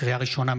לקריאה ראשונה,